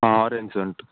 ಹಾಂ ಆರೆಂಜ್ ಉಂಟು